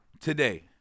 today